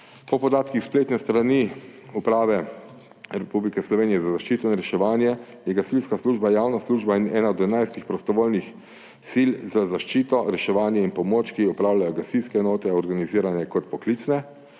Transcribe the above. Po podatkih spletne strani Uprave Republike Slovenije za zaščito in reševanje je gasilska služba javna služba in ena od 11 prostovoljnih sil za zaščito, reševanje in pomoč, opravljajo jo gasilske enote, organizirane kot poklicne,